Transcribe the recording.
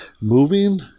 moving